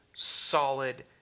solid